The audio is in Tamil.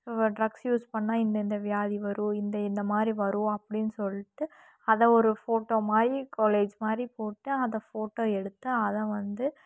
ட்ரக்ஸ் யூஸ் பண்ணால் இந்த இந்த வியாதி வரும் இந்த இந்தமாதிரி வரும் அப்படினு சொல்லிட்டு அதை ஒரு ஃபோட்டோ மாதிரி கொலேஜ் மாதிரி போட்டு அதை ஃபோட்டோ எடுத்து அதை வந்து